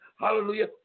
hallelujah